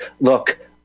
look